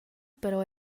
però